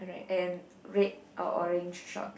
and red or orange shorts